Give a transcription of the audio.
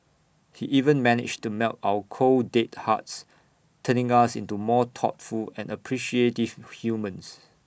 he even managed to melt our cold dead hearts turning us into more thoughtful and appreciative humans